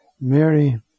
Mary